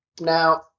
Now